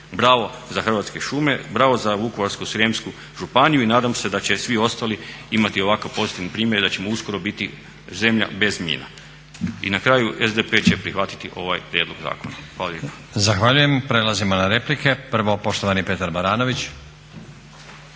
bravo za Hrvatske šume, bravo za Vukovarsko-srijemsku županiju i nadam se da će svi ostali imati ovakav pozitivan primjer i da ćemo uskoro biti zemlja bez mina. I na kraju SDP će prihvatiti ovaj prijedlog zakona. Hvala lijepa. **Stazić, Nenad (SDP)** Zahvaljujem. Prelazimo na replike. Prvo poštovani Petar Baranović.